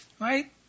right